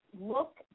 look